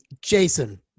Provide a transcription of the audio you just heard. Jason